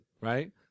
right